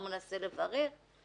הוא מנסה לברר,